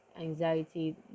anxiety